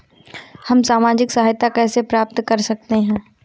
हम सामाजिक सहायता कैसे प्राप्त कर सकते हैं?